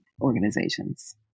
organizations